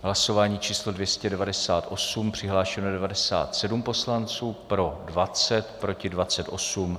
Hlasování číslo 298, přihlášeno 97 poslanců, pro 20, proti 28.